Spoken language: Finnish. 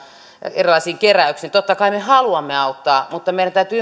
erilaisiin keräyksiin totta kai me haluamme auttaa mutta meidän täytyy